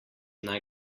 naj